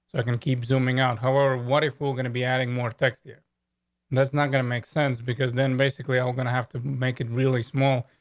ah can keep zooming out. how are what if we're gonna be adding more? texas that's not gonna make sense, because then basically, i'm gonna have to make it really small.